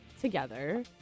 together